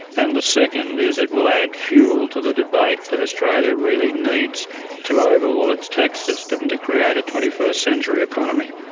and the second is it will add fuel to the debate that australia really needs to overhaul its tax system to create a twenty first century economy.